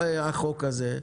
החוק הזה,